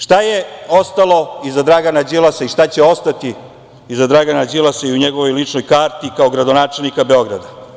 Šta je ostalo iza Dragana Đilasa i šta će ostati iza Dragana Đilasa i u njegovoj ličnoj karti kao gradonačelnika Beograda?